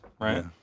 right